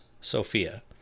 Sophia